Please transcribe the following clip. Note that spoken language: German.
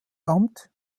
amt